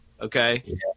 Okay